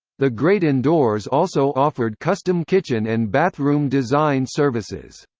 the great indoors also offered custom kitchen and bathroom design services.